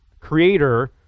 creator